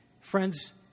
Friends